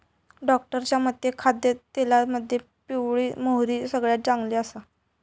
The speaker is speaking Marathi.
डॉक्टरांच्या मते खाद्यतेलामध्ये पिवळी मोहरी सगळ्यात चांगली आसा